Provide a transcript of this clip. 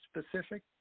specific